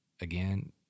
again